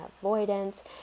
avoidance